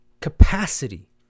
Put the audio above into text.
capacity